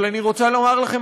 אבל אני רוצה לומר לכם,